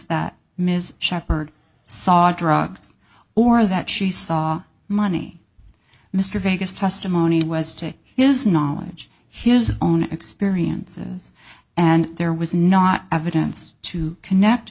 that ms shepard saw drugs or that she saw money mr vegas testimony was to his knowledge his own experiences and there was not evidence to connect